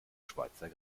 schweizer